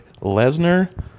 Lesnar